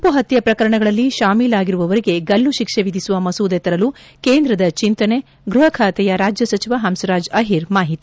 ಗುಂಮಪತ್ನೆ ಪ್ರಕರಣಗಳಲ್ಲಿ ಶಾಮೀಲಾಗಿರುವವರಿಗೆ ಗಲ್ಲುಶಿಕ್ಷೆ ವಿಧಿಸುವ ಮಸೂದೆ ತರಲು ಕೇಂದ್ರದ ಚಿಂತನೆ ಗ್ಲಹ ಖಾತೆಯ ರಾಜ್ಯ ಸಚಿವ ಪನ್ಸ್ರಾಜ್ ಅಹಿರ್ ಮಾಹಿತಿ